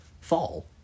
fall